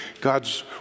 God's